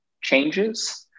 changes